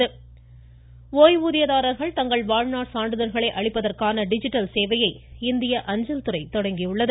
அஞ்சலக சேவை ஓய்வூதியதாரர்கள் தங்கள் வாழ்நாள் சான்றிதழ்களை அளிப்பதற்கான டிஜிட்டல் சேவையை இந்திய அஞ்சல் துறை தொடங்கியுள்ளது